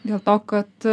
dėl to kad